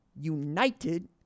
united